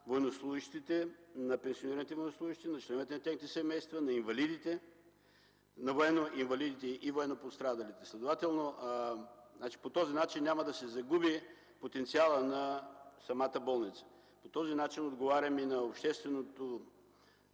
военнослужещите, на пенсионираните военнослужещи, на членовете на техните семейства, на инвалидите, на военноинвалидите и военнопострадалите. По този начин няма да се загуби потенциалът на самата болница. Така отговаряме и на общественото